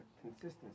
consistency